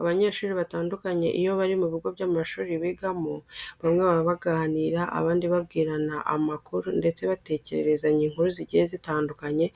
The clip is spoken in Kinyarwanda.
Abanyeshuri batandukanye iyo bari mu kigo cy’amashuri bigamo, bamwe baba baganira, abandi babwirana amakuru ndetse batekererezanya inkuru zigiye zitandukanye